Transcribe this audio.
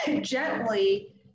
gently